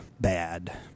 bad